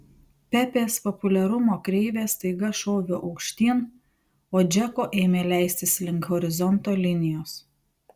pepės populiarumo kreivė staiga šovė aukštyn o džeko ėmė leistis link horizonto linijos